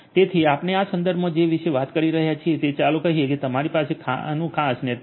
તેથી આપણે આ સંદર્ભમાં જે વિશે વાત કરી રહ્યા છીએ તે ચાલો કહીએ કે તમારી પાસે આનું ખાસ નેટવર્ક છે